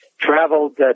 traveled